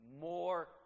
more